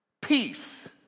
Peace